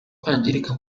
kwangirika